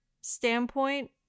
standpoint